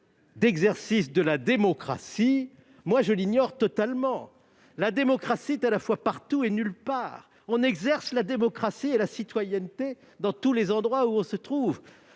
d'exercice de la démocratie. Pour ma part, je l'ignore totalement ! La démocratie est à la fois partout et nulle part. On exerce la démocratie et la citoyenneté partout où l'on se trouve